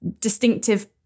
distinctive